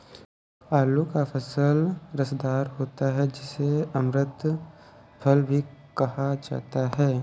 आलू का फल रसदार होता है जिसे अमृत फल भी कहा जाता है